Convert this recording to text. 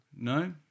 No